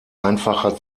einfacher